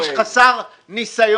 שר האוצר יכול להיות איש חסר ניסיון,